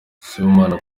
sibomana